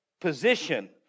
position